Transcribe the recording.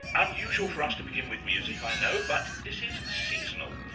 unusual for us to begin with music i know but this is seasonal,